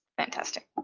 fantastic!